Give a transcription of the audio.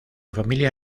familia